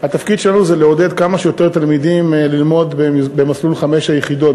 התפקיד שלנו זה לעודד כמה שיותר תלמידים ללמוד במסלול חמש היחידות,